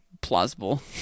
plausible